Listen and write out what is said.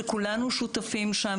שכולנו שותפים שם,